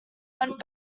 went